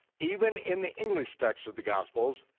even in the english text of the gospels,